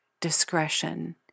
discretion